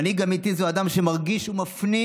מנהיג אמיתי זה אדם שמרגיש שהוא מפנים